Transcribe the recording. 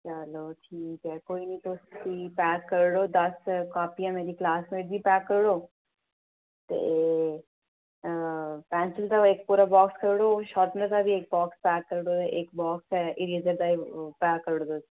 चलो ठीक ऐ कोई निं तुस फ्ही पैक करी ओड़ो दस कापियां मेरी क्लासमेट दी पैक करी ओड़ो ते पेंसिल दा इक पूरा बाक्स करी ओड़ो शार्पनर दा वि इक बाक्स पैक करी ओड़ो ते इक बाक्स इरेजर दा पैक करी ओड़ो तुस